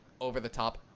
over-the-top